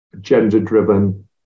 gender-driven